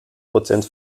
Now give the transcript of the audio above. prozent